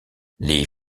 les